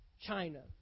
China